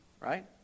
Right